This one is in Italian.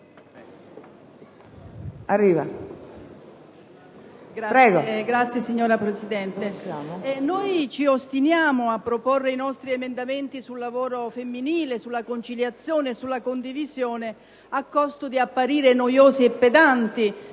*(PD)*. Signora Presidente, ci ostiniamo a proporre i nostri emendamenti sul lavoro femminile, sulla conciliazione e sulla condivisione, a costo di apparire noiosi e pedanti,